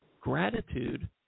gratitude